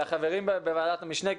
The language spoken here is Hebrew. שהחברים בוועדת המשנה,